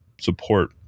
support